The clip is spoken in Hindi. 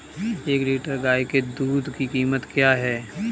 एक लीटर गाय के दूध की कीमत क्या है?